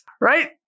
Right